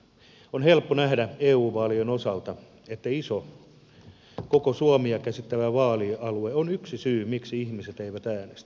on helppo nähdä eu vaalien osalta että iso koko suomen käsittävä vaalialue on yksi syy miksi ihmiset eivät äänestä